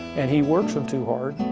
and he works them too hard,